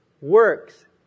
works